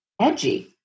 edgy